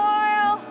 oil